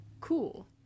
cool